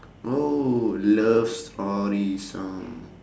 oh love story song